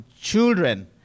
children